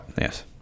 yes